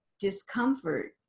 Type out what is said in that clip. discomfort